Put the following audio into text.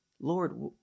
lord